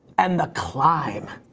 and the climb.